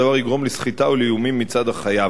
יגרום הדבר לסחיטה או לאיומים מצד החייב.